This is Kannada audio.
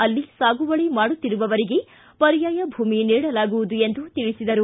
ಅಲ್ಲಿ ಸಾಗುವಳಿ ಮಾಡುತ್ತಿರುವವರಿಗೆ ಪರ್ಯಾಯ ಭೂಮಿ ನೀಡಲಾಗುವುದು ಎಂದು ತಿಳಿಸಿದರು